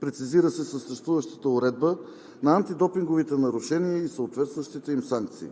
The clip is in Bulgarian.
Прецизира се съществуващата уредба на антидопинговите нарушения и съответстващите им санкции.